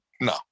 no